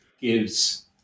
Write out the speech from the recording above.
gives